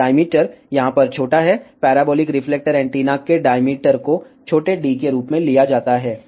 तो डायमीटर यहाँ पर छोटा है पैराबोलिक रिफ्लेक्टर एंटीना के डायमीटर को छोटे d के रूप में लिया जाता है